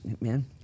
man